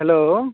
hello